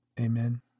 Amen